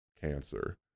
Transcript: cancer